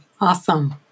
awesome